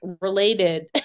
related